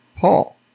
Paul